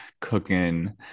cooking